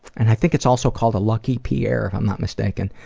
and i think it's also called a lucky pierre, um not mistaken.